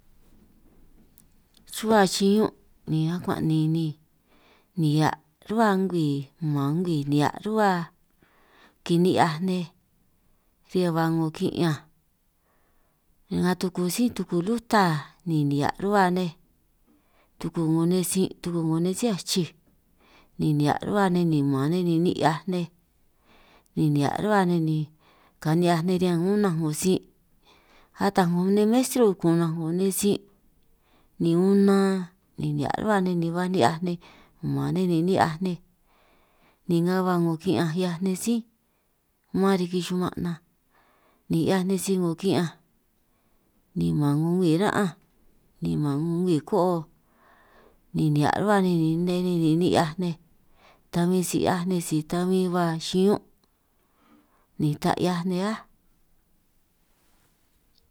Xuhua xiñún' ni akuan' ni ni nihia' ruhua ngwii man ngwii nihia' ruhua, kini'hiaj nej riñan ba 'ngo ki'ñanj nga tuku sí tu tuku luta, ni nihia' ruhua nej tuku 'ngo nej sin' tuku 'ngo nej sí achij, ni nihia' ruhua nej ni man nej ni ni'hiaj nej ni nihia' ruhua nej ni kani'hiaj nej riñan unanj 'ngo sin', ataj 'ngo nej mestru kunanj 'ngo nej sin' ni unan ni nihia' ruhua nej ni baj ni'hiaj nej, man nej ni ni'hiaj nej ni nga ba 'ngo ki'ñanj 'hiaj nej sí man riki xuman' nan, ni 'hiaj nej sij 'ngo ki'ñanj ni man 'ngo ngwii ra'ánj ni man 'ngo ngwii ko'o ni nihia' ruhua nej ni nne nej ni ni'hiaj nej, ta bin si 'hiaj nej si ta bin ba xiñún' ni ta 'hiaj nej áj.